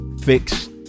fixed